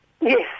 Yes